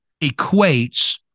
equates